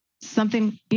something-